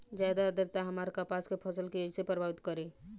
ज्यादा आद्रता हमार कपास के फसल कि कइसे प्रभावित करी?